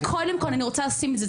וקודם כל אני רוצה לשים את זה,